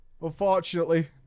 Unfortunately